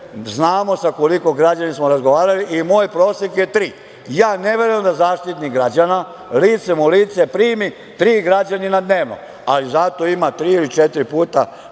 znamo sa koliko građana smo razgovarali. Moj prosek je tri. Ja ne verujem da Zaštitnik građana licem u lice primi tri građanina dnevno, ali zato ima tri ili četiri puta